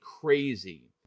crazy